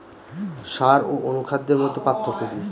সার ও অনুখাদ্যের মধ্যে পার্থক্য কি?